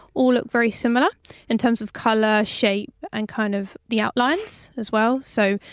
all look very similar in terms of colour, shape and kind of the outlines, as well. so,